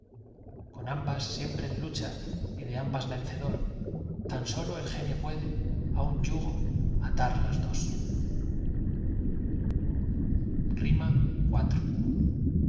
con ambas siempre en lucha y de ambas vencedor tan sólo el genio puede a un yugo atar las dos iv